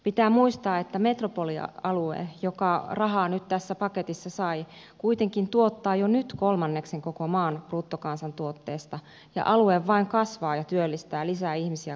pitää muistaa että metropolialue joka rahaa nyt tässä paketissa sai kuitenkin tuottaa jo nyt kolmanneksen koko maan bruttokansantuotteesta ja alue vain kasvaa ja työllistää lisää ihmisiä koko ajan